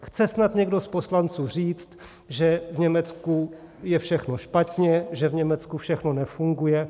Chce snad někdo z poslanců říct, že v Německu je všechno špatně, že v Německu všechno nefunguje?